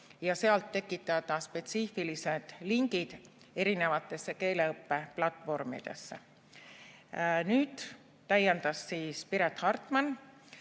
ja sealt tekitada spetsiifilised lingid erinevatesse keeleõppeplatvormidesse. Nüüd täiendas Piret Hartman,